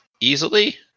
easily